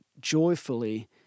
joyfully